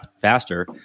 faster